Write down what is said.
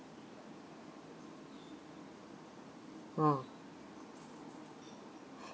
oh